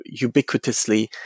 ubiquitously